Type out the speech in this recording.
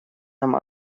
нам